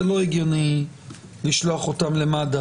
זה לא הגיוני לשלוח אותם למד"א